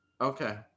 Okay